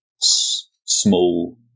small